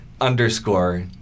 underscore